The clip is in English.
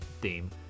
theme